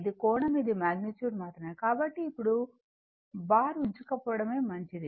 ఇది కోణం ఇది మాగ్నిట్యూడ్ మాత్రమే కాబట్టి ఇప్పుడు బార్ ఉంచకపోవడమే మంచిది